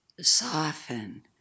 soften